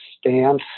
stance